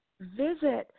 Visit